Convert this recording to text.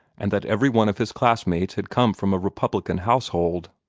and that every one of his classmates had come from a republican household.